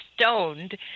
stoned